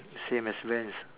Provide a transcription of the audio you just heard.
same as vans